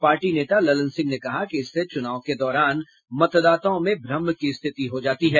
party नेता ललन सिंह ने कहा कि इससे चुनाव के दौरान मतदाताओं में भ्रम की स्थिति हो जाती है